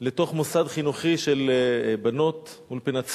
לתוך מוסד חינוכי של בנות, אולפנת "צביה"